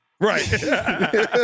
Right